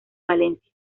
valencia